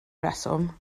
reswm